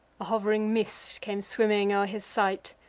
a hov'ring mist came swimming o'er his sight,